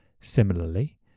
Similarly